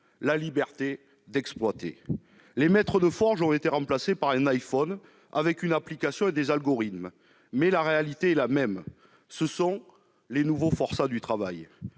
la liberté d'exploiter. Les maîtres de forges ont été remplacés par un iPhone avec une application et des algorithmes, mais la réalité est la même : ce sont les nouveaux forçats du travail.